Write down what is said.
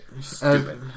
Stupid